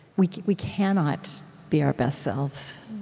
we we cannot be our best selves.